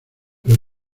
pero